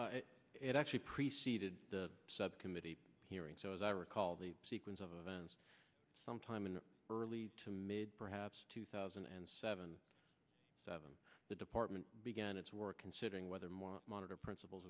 this it actually preceded the subcommittee hearing so as i recall the sequence of events sometime in the early to mid perhaps two thousand and seven seven the department began its work considering whether my monitor princip